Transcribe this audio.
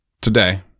today